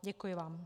Děkuji vám.